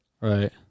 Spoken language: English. Right